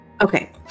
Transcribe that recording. Okay